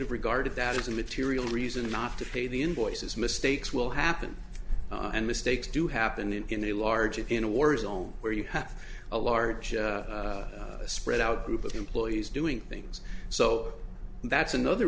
have regarded that as a material reason not to pay the invoices mistakes will happen and mistakes do happen and in a large in a war zone where you have a large a spy without group of employees doing things so that's another